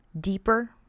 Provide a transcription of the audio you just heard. deeper